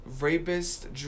rapist